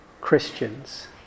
Christians